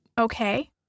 Okay